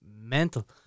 Mental